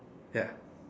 ya